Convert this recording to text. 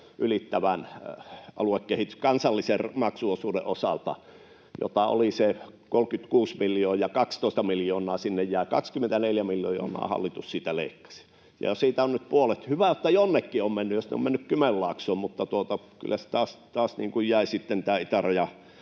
ylittävän aluekehitysrahan kansallisen maksuosuuden osalta, jota oli se 36 miljoonaa, ja 12 miljoonaa sinne jäi, kun 24 miljoonaa hallitus sitä leikkasi. Ja siitä on nyt puolet mennyt Kymenlaaksoon — ja hyvä, että jonnekin on mennyt — mutta kyllä se taas jäi sitten tämä itäraja